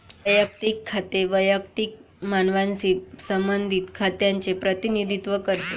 वैयक्तिक खाते वैयक्तिक मानवांशी संबंधित खात्यांचे प्रतिनिधित्व करते